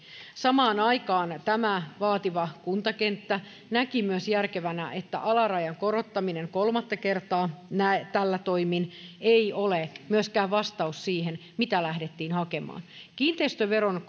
samaan aikaan tämä vaativa kuntakenttä näki myös järkevänä että alarajan korottaminen kolmatta kertaa tällä toimin ei ole myöskään vastaus siihen mitä lähdettiin hakemaan kiinteistöveron